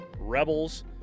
rebels